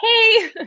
hey